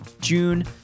June